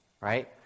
right